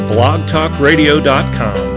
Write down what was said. BlogTalkRadio.com